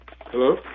Hello